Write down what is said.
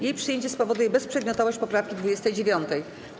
Jej przyjęcie spowoduje bezprzedmiotowość poprawki 29.